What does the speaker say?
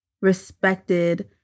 respected